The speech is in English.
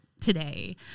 today